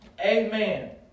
amen